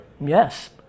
yes